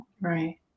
Right